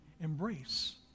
embrace